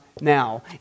now